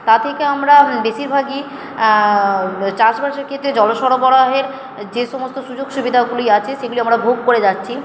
তা থেকে আমরা বেশিরভাগই চাষবাসের ক্ষেত্রে জল সরবরাহের যে সমস্ত সুযোগ সুবিধাগুলি আছে সেগুলি আমরা ভোগ করে যাচ্ছি